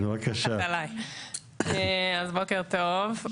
בוקר טוב.